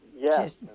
Yes